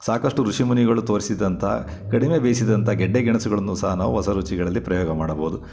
ಸಾಕಷ್ಟು ಋಷಿಮುನಿಗಳು ತೋರಿಸಿದಂಥ ಕಡಿಮೆ ಬೇಯಿಸಿದಂತ ಗೆಡ್ಡೆ ಗೆಣಸುಗಳನ್ನು ಸಹ ನಾವು ಹೊಸ ರುಚಿಗಳಲ್ಲಿ ಪ್ರಯೋಗ ಮಾಡಬಹುದು